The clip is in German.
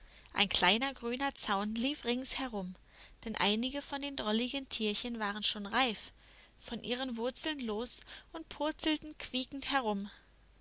ein kleiner grüner zaun lief rings herum denn einige von den drolligen tierchen waren schon reif von ihren wurzeln los und purzelten quiekend herum